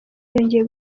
yongeye